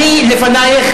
ארבע שנים,